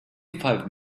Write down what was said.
five